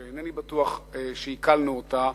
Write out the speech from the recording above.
שאינני בטוח שעיכלנו אותה.